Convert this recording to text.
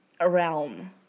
realm